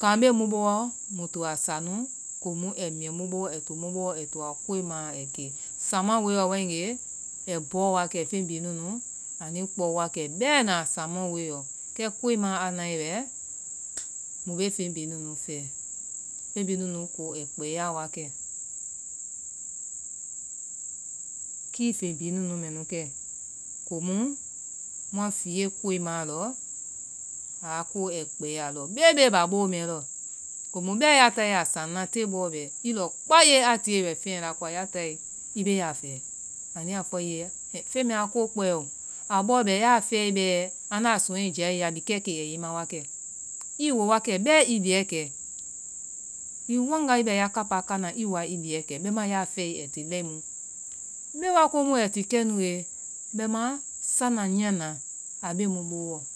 kan bee mu booɔ muito a sa nu koma ai to miyɛ mu booɔ, ai to mu booɔ ai toalɔ koimaa ai ke, samaoe lɔ waigee ai bɔwu wa kɛ feŋ bihi nunu, anui kpɔwa kɛ bɛɛna, samawoe ɔ, kɛ koimaa a nae wɛ, mu bee fen, bihi nunu fɛɛ. feŋ bibi nunu mɛ nu kɛ, komu mua fiiyee koimaa lɔ, aa ko ai kpɛɛya lɔ bee bee ba boo mɛɛ lɔ. komu bɛɛ ya taae a sannaa tee bɔɔ bɛ i lɔ kpaiye a tiye wɛ feyɛ la kowa i bee a fɛɛ, anuiyaa fɔa i ye a hɛɛ feŋ mɛɛa ko pɛɛo, a bɔɔ bɛ yaa fɛɛe bɛɛ, andaa sɔŋɔɛ liyaɛ i la, like kee aiyɛi i ma wa kɛ i woowa kɛ bɛɛ i liyɛ kɛ. i wanga i bɛ ya kapaa kana i woa i liyaɛ bɛimaa yaa fɛɛe aiti lɛimu, mbe waa komu ai tikɛnuee bɛimaa, sananyia kan a bee mu boowɔ.